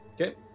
Okay